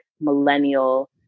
millennial